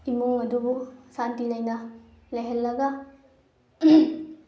ꯏꯃꯨꯡ ꯑꯗꯨꯕꯨ ꯁꯥꯟꯇꯤ ꯂꯩꯅ ꯂꯩꯍꯜꯂꯒ